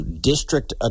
district